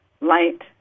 light